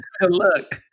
Look